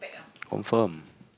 confirm